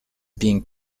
being